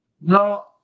No